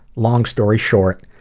long story short,